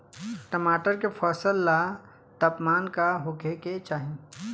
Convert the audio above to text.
टमाटर के फसल ला तापमान का होखे के चाही?